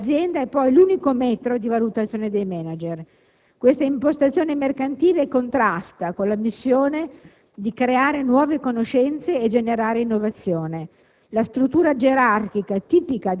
Il successo economico dell'azienda è poi l'unico metro di valutazione dei *manager*. Questa impostazione mercantile contrasta con la missione di creare nuove conoscenze e generare innovazione.